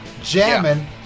jamming